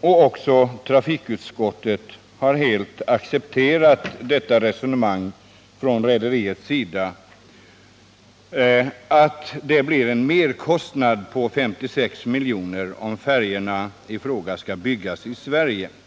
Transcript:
och även trafikutskottet har helt accepterat rederiets resonemang att det blir en merkostnad på 56 milj.kr. om färjorna i fråga skall byggas i Sverige.